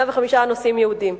105 נוסעים יהודים.